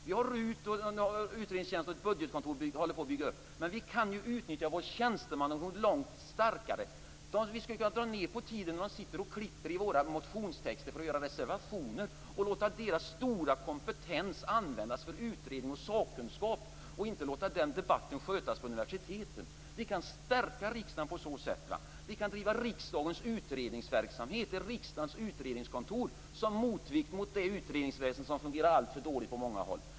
Vi har utredningstjänsten, och ett budgetkontor håller på att byggas upp, men vi kan utnyttja vår tjänstemannahord långt mera. Vi skulle kunna dra ned på tiden som de sitter och klipper i våra motionstexter för att göra reservationer och låta deras stora kompetens användas för utredning och sakkunskap. Den debatten skall vi inte låta skötas av universiteten. Vi kan stärka riksdagen på så sätt. Vi kan driva ett riksdagens utredningskontor som motvikt till det utredningsväsende som fungerar alltför dåligt på många håll.